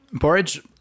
Porridge